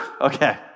okay